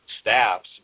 staffs